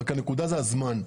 רק הנקודה זה הזמן.